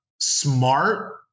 smart